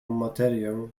materię